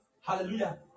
Hallelujah